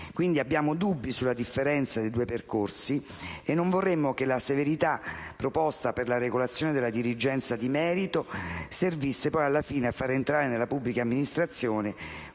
Nutriamo dubbi sulla differenza dei due percorsi e non vorremmo che la severità proposta per la regolazione della dirigenza di merito servisse poi a far entrare nella pubblica amministrazione